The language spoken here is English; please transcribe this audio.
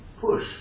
push